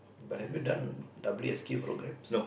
but have you done W_S_Q programs